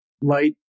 light